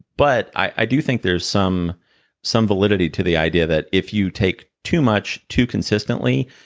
but i do think there's some some validity to the idea that if you take too much, too consistently,